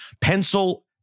pencil